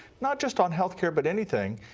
not just on health care but anything,